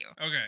Okay